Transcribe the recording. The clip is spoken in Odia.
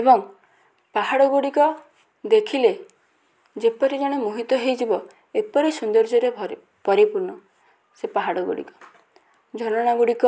ଏବଂ ପାହାଡ଼ ଗୁଡ଼ିକ ଦେଖିଲେ ଯେପରି ଜଣେ ମୋହିତ ହେଇଯିବ ଏପରି ସୁନ୍ଦର୍ଯ୍ୟରେ ପରିପୂର୍ଣ୍ଣ ସେ ପାହାଡ଼ ଗୁଡ଼ିକ ଝରଣାଗୁଡ଼ିକ